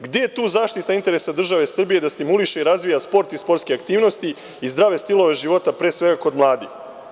Gde je tu zaštita interesa države Srbije da stimuliše i razvija sport i sportske aktivnosti i zdrave stilove života, pre svega kod mladih?